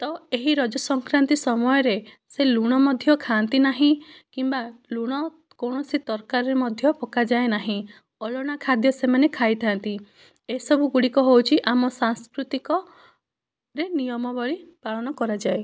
ତ ଏହି ରଜ ସଂକ୍ରାନ୍ତି ସମୟରେ ସେ ଲୁଣ ମଧ୍ୟ ଖାଆନ୍ତି ନାହିଁ କିମ୍ବା ଲୁଣ କୌଣସି ତରକାରୀରେ ମଧ୍ୟ ପକାଯାଏ ନାହିଁ ଅଲଣା ଖାଦ୍ୟ ସେମାନେ ଖାଇଥାନ୍ତି ଏସବୁ ଗୁଡିକ ହେଉଛି ଆମ ସାଂସ୍କୃତିକରେ ନିୟମାବଳି ପାଳନ କରାଯାଏ